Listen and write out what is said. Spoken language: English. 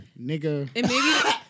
Nigga